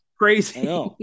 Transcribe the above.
Crazy